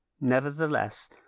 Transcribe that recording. Nevertheless